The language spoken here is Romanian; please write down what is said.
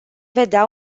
vedea